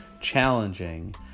challenging